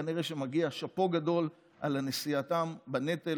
כנראה מגיע שאפו גדול על נשיאתם בנטל